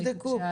אתם תבדקו.